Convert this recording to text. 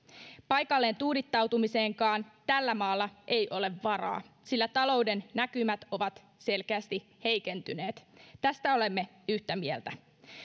paikalleen tuudittautumiseenkaan tällä maalla ei ole varaa sillä talouden näkymät ovat selkeästi heikentyneet tästä olemme yhtä mieltä